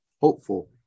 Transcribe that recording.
hopeful